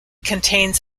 contains